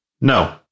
No